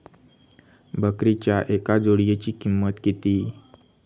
बकरीच्या एका जोडयेची किंमत किती?